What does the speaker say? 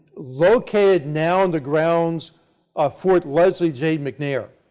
located now on the grounds of fort leslie j. mcnair.